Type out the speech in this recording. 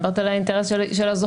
אני מדברת על האינטרס של הזוכים.